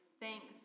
thanks